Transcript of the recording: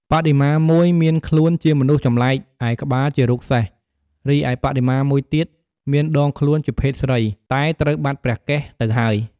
បដិមាមួយមានខ្លួនជាមនុស្សចំណែកឯក្បាលជារូបសេះ រីឯបដិមាមួយទៀតមានដងខ្លួនជាភេទស្រី តែត្រូវបាត់ព្រះកេសទៅហើយ។